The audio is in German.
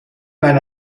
mein